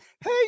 hey